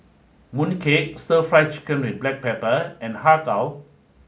Mooncake Stir Fry Chicken With Black Pepper and Har Kow